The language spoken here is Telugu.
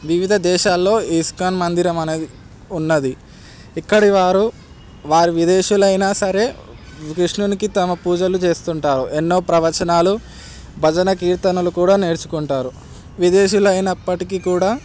వివిధ దేశాల్లో ఈ ఇస్కాన్ మందిరం అనేది ఉన్నది ఇక్కడివారు వారి విదేశీయులైనా సరే కృష్ణునికి తమ పూజలు చేస్తుంటారు ఎన్నో ప్రవచనాలు భజన కీర్తనలు కూడా నేర్చుకుంటారు విదేశీయులు అయినప్పటికీ కూడా